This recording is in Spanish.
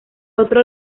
otro